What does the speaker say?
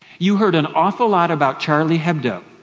you heard an awful lot about charlie hebdo,